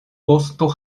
vosto